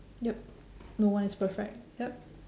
yup no one is perfect yup